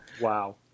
Wow